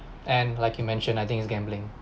and like you mentioned I think is gambling